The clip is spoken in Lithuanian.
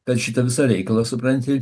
kad šitą visą reikalą supranti